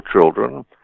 children